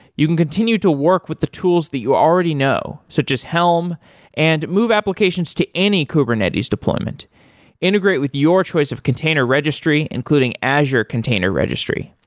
you can continue to work with the tools that you already know, so just helm and move applications to any kubernetes deployment integrate with your choice of container registry, including azure container registry.